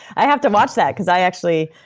i have to watch that, cause i actually.